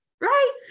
Right